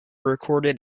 recorded